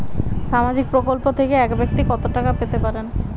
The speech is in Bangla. সামাজিক প্রকল্প থেকে এক ব্যাক্তি কত টাকা পেতে পারেন?